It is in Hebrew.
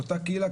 של אותה קהילה.